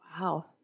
Wow